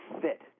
fit